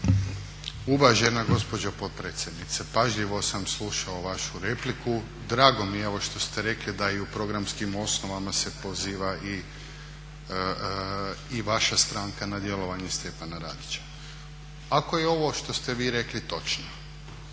Uvažena gospođo potpredsjednice pažljivo sam slušao vašu repliku, drago mi je evo što ste rekli da i u programskim osnovama se poziva i vaša stranka na djelovanje Stjepana Radića. Ako je ovo što ste vi rekli točno,